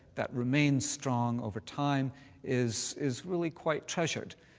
that remains strong over time is, is really quite treasured.